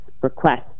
request